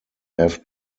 have